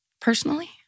personally